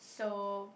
so